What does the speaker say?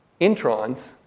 introns